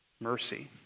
mercy